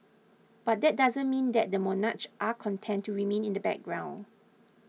but that doesn't mean that the monarchs are content to remain in the background